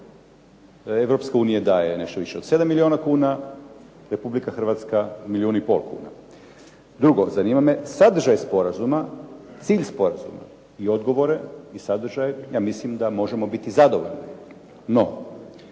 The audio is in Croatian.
Europska unija daje nešto više od 7 milijuna, Republika Hrvatska milijun i pol kuna. Drugo, zanima me sadržaj sporazuma, cilj sporazuma. I odgovore i sadržaje, ja mislim da možemo biti zadovoljni.